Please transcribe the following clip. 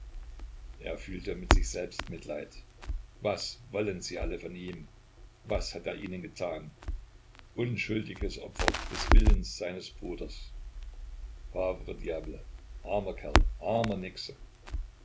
er fühlte mit sich selbst mitleid was wollen sie alle von ihm was hat er ihnen getan unschuldiges opfer des willens seines bruders pauvre diable armer kerl